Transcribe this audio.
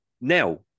Now